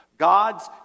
God's